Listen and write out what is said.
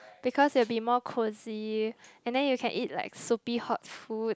because it will be more cosy and then you can eat like soupy hot food